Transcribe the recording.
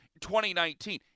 2019